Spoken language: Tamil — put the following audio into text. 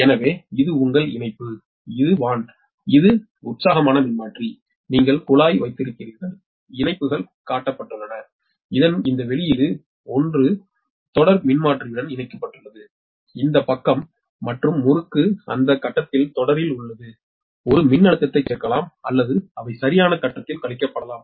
எனவே இது உங்கள் இணைப்பு இது வான் இது உற்சாகமான மின்மாற்றி நீங்கள் குழாய் வைத்திருக்கிறீர்கள் இணைப்புகள் காட்டப்பட்டுள்ளன இதன் இந்த வெளியீடு 1 தொடர் மின்மாற்றியுடன் இணைக்கப்பட்டுள்ளது இந்த பக்கம் மற்ற முறுக்கு அந்த கட்டத்தில் தொடரில் உள்ளது ஒரு மின்னழுத்தத்தைச் சேர்க்கலாம் அல்லது அவை சரியான கட்டத்தில் கழிக்கப்படலாம்